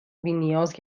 بینیاز